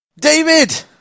David